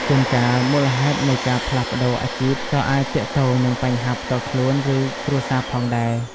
ជួនកាល មូលហេតុនៃការផ្លាស់ប្តូរអាជីពក៏អាចទាក់ទងនឹងបញ្ហាផ្ទាល់ខ្លួន ឬគ្រួសារផងដែរ។